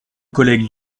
collègue